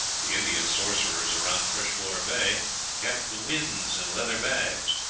the indian sorcerers around freshwater bay kept the winds in leather bags,